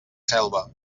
selva